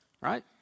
right